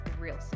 real